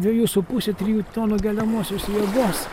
dviejų su puse trijų tonų keliamosios jėgos